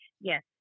Yes